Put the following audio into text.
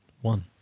One